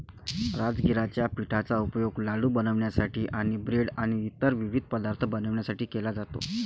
राजगिराच्या पिठाचा उपयोग लाडू बनवण्यासाठी आणि ब्रेड आणि इतर विविध पदार्थ बनवण्यासाठी केला जातो